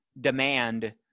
demand